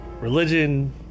religion